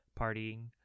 partying